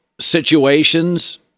situations